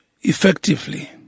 effectively